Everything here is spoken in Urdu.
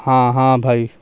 ہاں ہاں بھائی